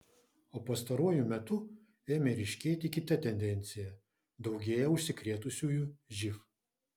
o pastaruoju metu ėmė ryškėti kita tendencija daugėja užsikrėtusiųjų živ